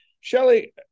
shelly